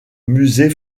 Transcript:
musée